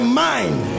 mind